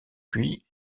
puis